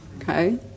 okay